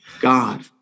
God